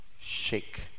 shake